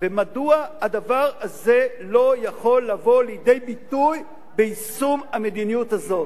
ומדוע הדבר הזה לא יכול לבוא לידי ביטוי ביישום המדיניות הזאת?